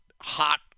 hot